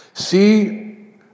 See